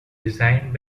designed